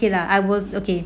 okay lah I was okay